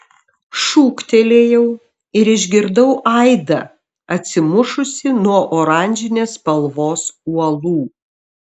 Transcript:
šūktelėjau ir išgirdau aidą atsimušusį nuo oranžinės spalvos uolų